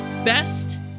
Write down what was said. Best